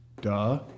Duh